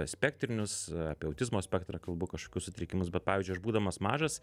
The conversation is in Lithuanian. spektrinius apie autizmo spektrą kalbu kažkokius sutrikimus bet pavyzdžiui aš būdamas mažas